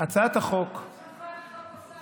הצעת החוק אין שר.